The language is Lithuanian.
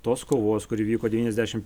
tos kovos kuri vyko devyniasdešimt